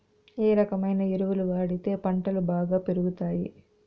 ఏ రకమైన ఎరువులు వాడితే పంటలు బాగా పెరుగుతాయి?